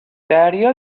دریا